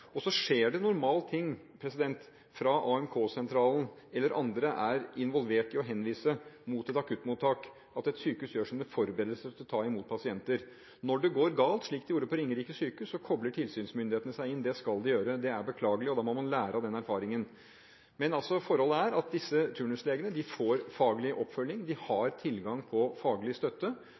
Så skjer det normalt – fra AMK-sentralen eller andre er involvert i å henvise til et akuttmottak – at et sykehus gjør sine forberedelser til å ta imot pasienter. Når det går galt, slik det gjorde på Ringerike sykehus, kobles tilsynsmyndighetene inn, det skal de gjøre. Det er beklagelig, og da må man lære av den erfaringen. Forholdet er at disse turnuslegene får faglig oppfølging. De har tilgang på faglig støtte.